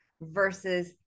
versus